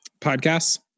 Podcasts